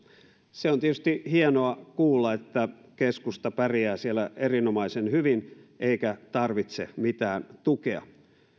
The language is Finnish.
on tietysti hienoa kuulla että keskusta pärjää siellä erinomaisen hyvin eikä tarvitse mitään tukea